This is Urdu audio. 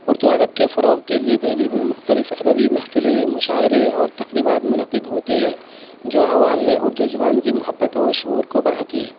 اردو ادب کے فروغ کے لیے دہلی میں مختلف ادبی محفلیں مشاعرے اور تقریبات منعقد ہوتی ہیں جو عوام میں اردو زبان کی محبت اور شعور کو بڑھاتی ہیں